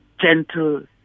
gentle